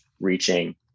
reaching